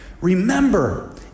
Remember